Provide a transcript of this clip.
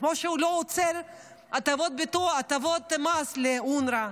כמו שהוא לא עוצר הטבות מס לאונר"א.